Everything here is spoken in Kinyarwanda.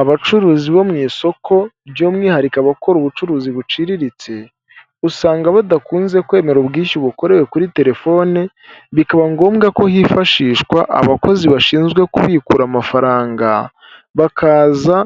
Abacuruzi bo mu isoko by'umwihariko abakora ubucuruzi buciriritse, usanga badakunze kwemera ubwishyu bukorewe kuri telefoni, bikaba ngombwa ko hifashishwa abakozi bashinzwe kubikura amafaranga, bakaza